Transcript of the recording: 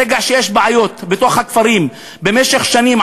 ברגע שיש בעיות בתוך הכפרים במשך שנים,